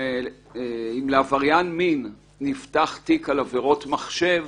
אם לעבריין מין נפתח תיק על עבירות מחשב